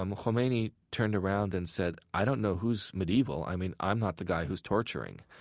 um khomeini turned around and said, i don't know who's medieval. i mean, i'm not the guy who's torturing.